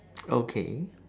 okay